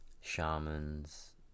shamans